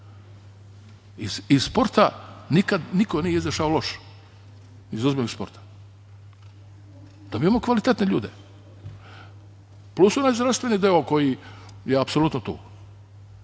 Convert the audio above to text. Iz sporta nikad niko nije izašao loš, iz ozbiljnog sporta. Da, mi imamo kvalitetne ljude, plus onaj zdravstveni deo koji je apsolutno